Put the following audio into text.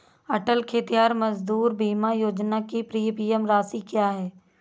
अटल खेतिहर मजदूर बीमा योजना की प्रीमियम राशि क्या है?